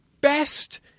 best